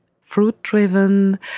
fruit-driven